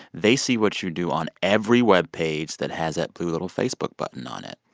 they see what you do on every webpage that has that blue little facebook button on it.